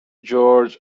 george